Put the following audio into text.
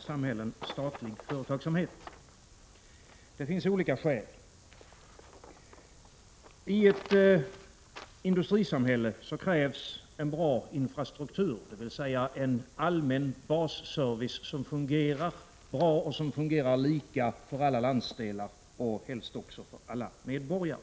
samhällen statlig företagsamhet? Det finns olika skäl. I ett industrisamhälle krävs en bra infrastruktur, dvs. en allmän basservice som fungerar. Den skall fungera lika för alla landsdelar och helst också för alla medborgare.